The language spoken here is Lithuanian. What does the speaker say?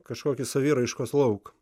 kažkokį saviraiškos lauką